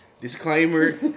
Disclaimer